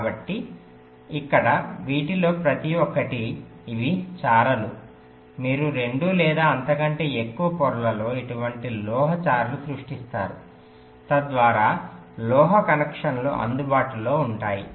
కాబట్టి ఇక్కడ వీటిలో ప్రతి ఒక్కటి ఇవి చారలు మీరు రెండు లేదా అంతకంటే ఎక్కువ పొరలలో ఇటువంటి లోహ చారలను సృష్టిస్తారు తద్వారా లోహ కనెక్షన్లు అందుబాటులో ఉంటాయి